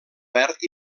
verd